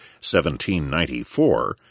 1794